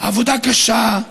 עבודה קשה,